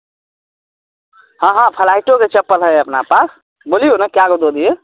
राम जानकी मन्दिर छै सीतामढ़ीमे ऊँ